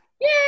Yay